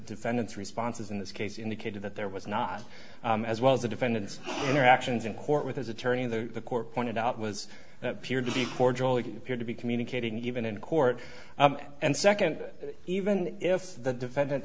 defendant's responses in this case indicated that there was not as well as the defendant's interactions in court with his attorney and the court pointed out was here to be cordial it appeared to be communicating even in court and second even if the defendant